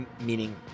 meaning